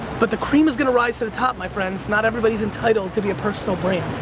but, the cream is going to rise to the top, my friends, not everybody's entitled to be a personal brand.